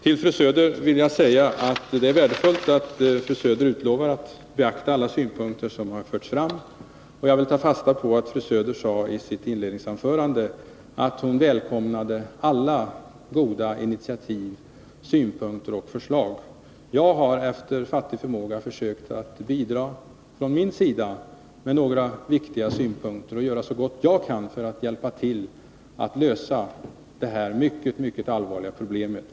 Till fru Söder vill jag säga att det är värdefullt att hon lovar att beakta alla synpunkter som har förts fram. Jag vill ta fasta på att fru Söder i sitt inledningsanförande sade att hon välkomnade alla goda initiativ, synpunkter och förslag. Jag har, efter fattig förmåga, försökt att bidra med några viktiga synpunkter och göra så gott jag kan för att hjälpa till att lösa det här mycket mycket allvarliga problemet.